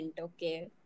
okay